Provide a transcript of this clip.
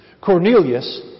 Cornelius